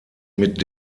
mit